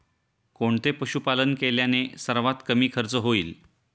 कोणते पशुपालन केल्याने सर्वात कमी खर्च होईल?